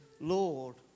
Lord